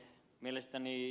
mielestäni ed